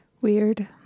Weird